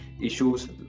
issues